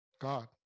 God